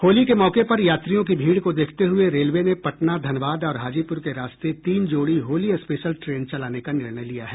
होली के मौके पर यात्रियों की भीड़ को देखते हये रेलवे ने पटना धनबाद और हाजीपुर के रास्ते तीन जोड़ी होली स्पेशल ट्रेन चलाने का निर्णय लिया है